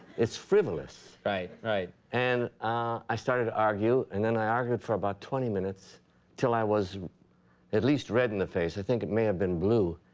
it's frivolous. right, right. and i started to argue and then i argued for about twenty minutes til i was at least red in the face, i think it may have been blue,